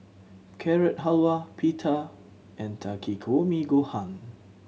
Carrot Halwa Pita and Takikomi Gohan